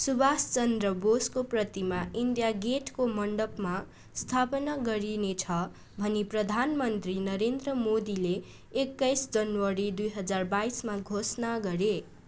सुभाष चन्द्र बोसको प्रतिमा इन्डिया गेटको मण्डपमा स्थापना गरिनेछ भनी प्रधानमन्त्री नरेन्द्र मोदीले एक्काइस जनवरी दुई हजार बाइसमा घोषणा गरे